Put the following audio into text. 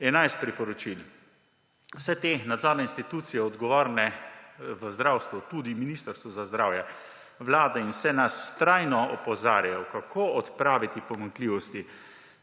11 priporočil. Vse te nadzorne institucije, odgovorne v zdravstvu, tudi Ministrstvo za zdravje, Vlado in vse nas, vztrajno opozarjajo, kako odpraviti pomanjkljivosti,